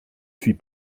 suis